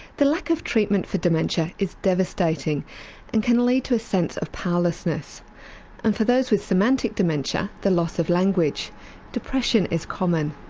the lack of treatment for dementia is devastating and can lead to a sense of powerlessness and for those with semantic dementia the loss of language depression is common.